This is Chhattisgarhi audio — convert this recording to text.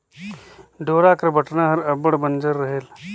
डोरा कर बटना हर अब्बड़ बंजर रहेल